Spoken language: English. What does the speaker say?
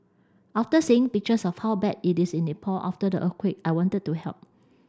after seeing pictures of how bad it is in Nepal after the earthquake I wanted to help